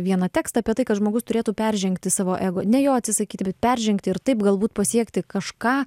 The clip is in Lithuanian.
vieną tekstą apie tai kad žmogus turėtų peržengti savo ego ne jo atsisakyti bet peržengti ir taip galbūt pasiekti kažką